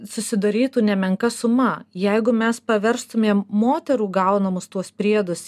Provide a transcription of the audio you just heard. susidarytų nemenka suma jeigu mes paverstumėm moterų gaunamus tuos priedus